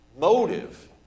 motive